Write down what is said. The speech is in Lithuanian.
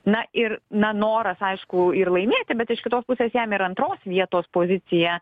na ir na noras aišku ir laimėti bet iš kitos pusės jam ir antros vietos pozicija